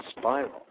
spiral